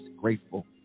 grateful